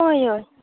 हय हय